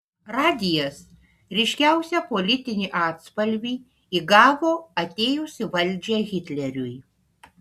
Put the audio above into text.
radijas ryškiausią politinį atspalvį įgavo atėjus į valdžią hitleriui